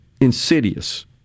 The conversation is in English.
insidious